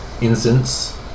incense